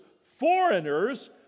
foreigners